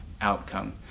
outcome